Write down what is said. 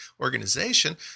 organization